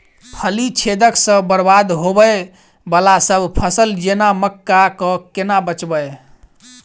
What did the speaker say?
फली छेदक सँ बरबाद होबय वलासभ फसल जेना मक्का कऽ केना बचयब?